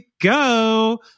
go